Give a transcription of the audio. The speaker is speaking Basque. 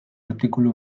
artikulu